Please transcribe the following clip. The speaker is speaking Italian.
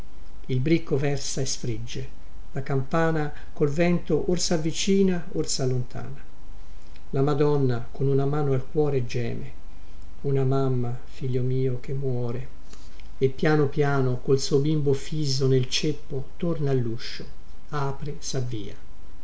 il bricco versa e sfrigge la campana col vento or savvicina or sallontana la madonna con una mano al cuore geme una mamma figlio mio che muore e piano piano col suo bimbo fiso nel ceppo torna alluscio apre savvia